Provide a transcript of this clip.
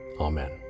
Amen